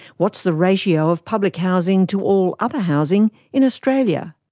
what's the ratio of public housing to all other housing in australia?